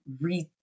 read